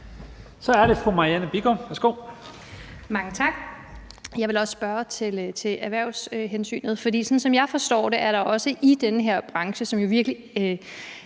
Kl. 14:34 Marianne Bigum (SF): Mange tak. Jeg vil også spørge til erhvervshensynet. For sådan som jeg forstår det, er der i den her branche, som jo virkelig